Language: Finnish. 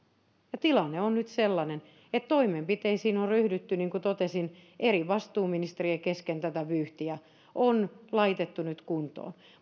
tilanne on nyt sellainen että toimenpiteisiin on ryhdytty niin kuin totesin eri vastuuministerien kesken tätä vyyhtiä on laitettu nyt kuntoon